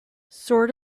sort